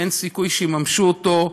אין סיכוי שיממשו אותו,